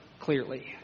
clearly